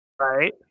Right